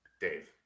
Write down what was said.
Dave